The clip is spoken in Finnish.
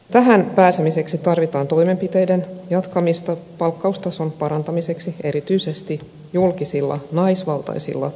tähän pääsemiseksi tarvitaan toimenpiteiden jatkamista palkkaustason parantamiseksi erityisesti julkisilla naisvaltaisilla aloilla